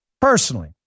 Personally